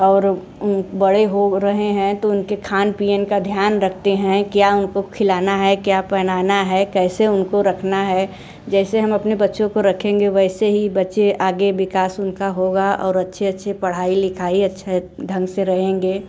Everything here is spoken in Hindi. और बड़े हो रहे हैं तो उनके खान पीएन का ध्यान रखते हैं क्या उनको खिलाना है क्या पहनना है कैसे उनका रखना है जैसे हम अपने बच्चों को रखेंगे वैसे ही बच्चे आगे विकास उनका होगा और अच्छे अच्छे पढ़ाई लिखाई अच्छे ढंग से रहेंगे